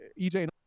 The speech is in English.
EJ